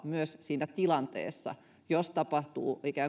myös tapahtua siinä tilanteessa jos tapahtuu